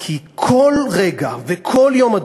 כי כל רגע וכל יום,